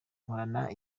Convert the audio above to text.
nkorana